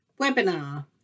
Webinar